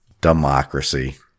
democracy